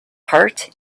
heart